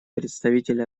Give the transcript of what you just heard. представитель